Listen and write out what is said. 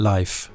Life